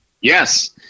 Yes